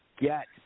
get